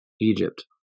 Egypt